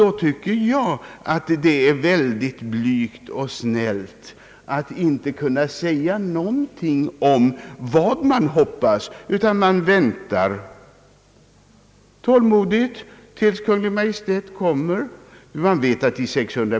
Då tycker jag att det är väldigt blygt och snällt att inte säga någonting om vad man verkligen vill utan bara tålmodigt vänta tills Kungl. Maj:ts proposition kommer.